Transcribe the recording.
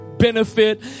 benefit